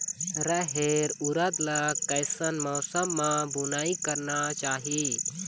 रहेर उरद ला कैसन मौसम मा बुनई करना चाही?